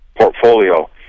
portfolio